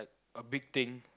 a big thing